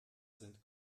sind